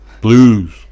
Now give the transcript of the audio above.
blues